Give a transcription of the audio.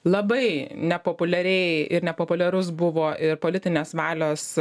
labai nepopuliariai ir nepopuliarus buvo ir politinės valios